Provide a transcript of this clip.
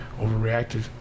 overreacted